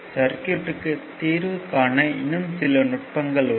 சர்க்யூட்க்கு தீர்வு காண இன்னும் சில நுட்பங்கள் உள்ளன